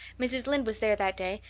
mrs. lynde was there that day,